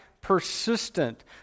persistent